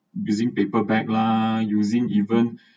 using paper bag lah using even